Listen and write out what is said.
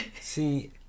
See